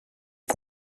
été